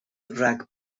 rhag